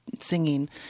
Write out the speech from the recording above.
singing